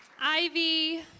Ivy